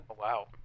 Wow